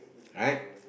right